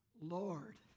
Lord